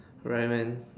alright man